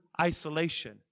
isolation